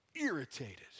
irritated